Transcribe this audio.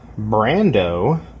Brando